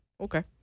Okay